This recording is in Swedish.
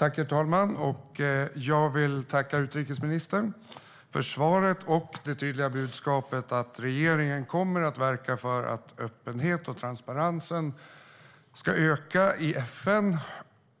Herr talman! Jag vill tacka utrikesministern för svaret och det tydliga budskapet att regeringen kommer att verka för att öppenheten och transparensen ska öka i FN